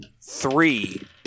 Three